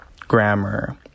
grammar